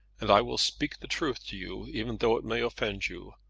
and i will speak the truth to you, even though it may offend you.